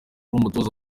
umutoza